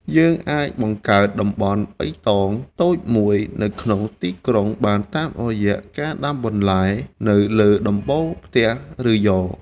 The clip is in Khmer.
យើងអាចបង្កើតតំបន់បៃតងតូចមួយនៅក្នុងទីក្រុងបានតាមរយៈការដាំបន្លែនៅលើដំបូលផ្ទះ ឬយ៉រ។